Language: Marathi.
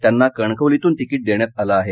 त्यांना कणकवलीतन्न तिकीट देण्यात आलं आहे